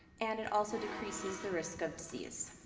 and it also decreases the risk of disease.